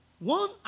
One